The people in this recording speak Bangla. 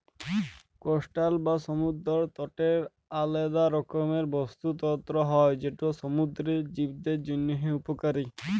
কস্টাল বা সমুদ্দর তটের আলেদা রকমের বাস্তুতলত্র হ্যয় যেট সমুদ্দুরের জীবদের জ্যনহে উপকারী